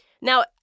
Now